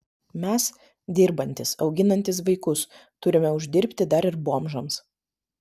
mes dirbantys auginantys vaikus turime uždirbti dar ir bomžams